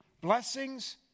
blessings